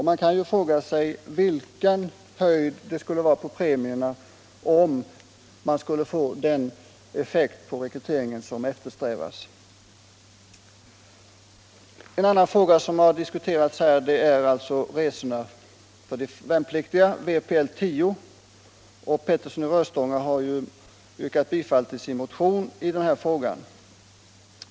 Man kan ju fråga sig vilken höjd det skulle vara på premierna för att man skall få den effekt på rekryteringen som eftersträvas. En annan fråga som har diskuterats här är resorna för de värnpliktiga, vpl 10. Herr Petersson i Röstånga har yrkat bifall till sin motion i frågan.